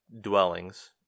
dwellings